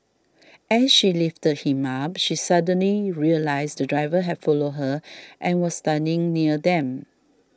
as she lifted him up she suddenly realised the driver had followed her and was standing near them